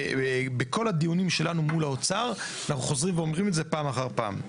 ובכל הדיונים שלנו מול האוצר אנחנו חוזרים ואומרים את זה פעם אחר פעם.